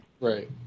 Right